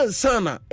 sana